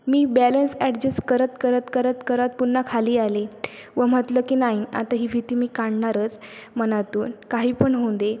मी balance adjust करत करत करत करत पुन्हा खाली आले व म्हटलं की नाही आता ही भीती मी काढणारच मनातून काही पण होऊदे